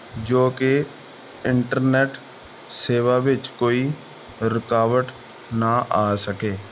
ਜੋ ਕਿ ਇੰਟਰਨੈਟ ਸੇਵਾ ਵਿੱਚ ਕੋਈ ਰੁਕਾਵਟ ਨਾ ਆ ਸਕੇ